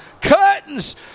curtains